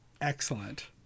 Excellent